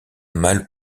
mal